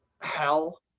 hell